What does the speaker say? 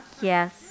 Yes